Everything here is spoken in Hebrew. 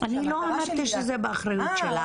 שהמטרה שלי היא --- אני לא אמרתי שזה באחריות שלך.